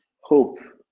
Hope